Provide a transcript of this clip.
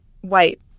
white